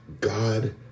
God